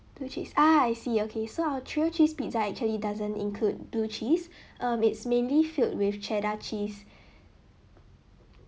blue cheese ah I see okay so our trio cheese pizza actually doesn't include blue cheese um it's mainly filled with cheddar cheese